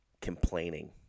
complaining